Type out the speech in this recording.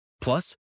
Plus